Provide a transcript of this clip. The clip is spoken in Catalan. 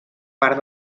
part